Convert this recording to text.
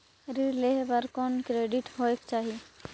ऋण लेहे बर कौन क्रेडिट होयक चाही?